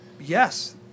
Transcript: Yes